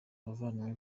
abavandimwe